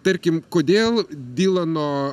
tarkim kodėl dylano